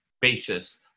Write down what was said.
basis